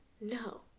no